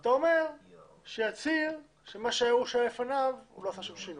אתה אומר שיצהיר שההוא לפניו לא עשה שום שינוי.